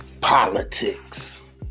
politics